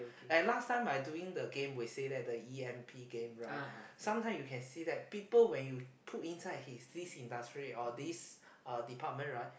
and last time I doing the game we say that the E_M_P game right sometime you can see that people when you put inside his this industry or this uh department right